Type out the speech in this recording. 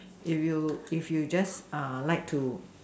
if you if you just uh like to